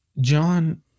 John